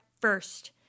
first